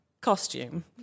costume